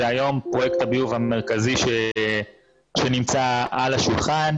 זה היום פרויקט הביוב המרכזי שנמצא על השולחן.